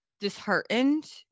disheartened